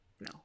No